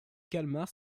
calmar